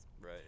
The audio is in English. right